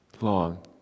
long